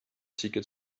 ticket